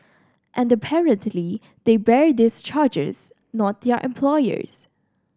and apparently they bear these charges not their employers